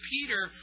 Peter